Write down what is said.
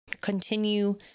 continue